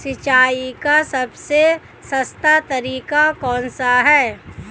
सिंचाई का सबसे सस्ता तरीका कौन सा है?